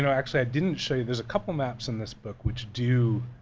and actually i didn't show you there's a couple maps in this book which do,